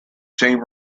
same